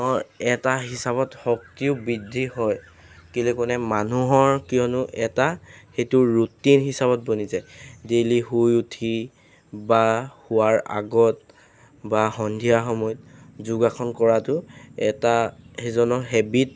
হৰ এটা হিচাপত শক্তিও বৃদ্ধি হয় কেলে কোনে মানুহৰ কিয়নো এটা সেইটো ৰুটিন হিচাপত বনি যায় ডেইলি শুই উঠি বা শোৱাৰ আগত বা সন্ধিয়া সময়ত যোগাসন কৰাতো এটা সেইজনৰ হেবিট